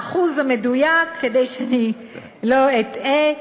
האחוז המדויק, כדי שאני לא אטעה,